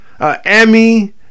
Emmy